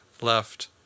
left